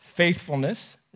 Faithfulness